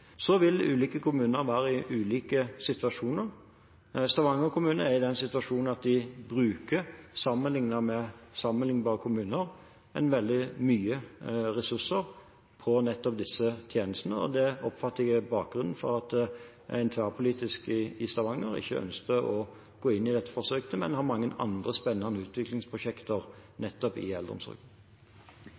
Ulike kommuner vil være i ulike situasjoner. Stavanger kommune er i den situasjonen at de bruker, sammenlignet med sammenlignbare kommuner, veldig mye ressurser på nettopp disse tjenestene. Det oppfatter jeg at er bakgrunnen for at en tverrpolitisk i Stavanger ikke ønsker å gå inn i dette forsøket, men har mange andre spennende utviklingsprosjekter i nettopp eldreomsorgen. Når Høyre og Fremskrittspartiet i